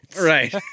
Right